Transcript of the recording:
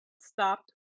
stopped